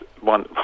one